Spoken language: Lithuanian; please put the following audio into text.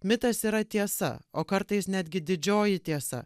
mitas yra tiesa o kartais netgi didžioji tiesa